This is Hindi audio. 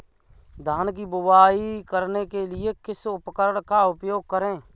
धान की बुवाई करने के लिए किस उपकरण का उपयोग करें?